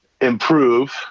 improve